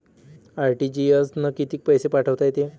RTGS न कितीक पैसे पाठवता येते?